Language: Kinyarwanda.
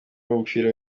ry’umupira